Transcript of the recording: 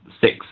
six